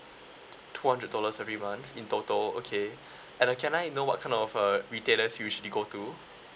two hundred dollars every month in total okay and uh I can I know what kind of uh retailers you usually go to